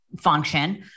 function